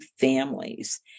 families